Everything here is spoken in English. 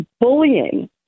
bullying